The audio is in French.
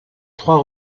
trois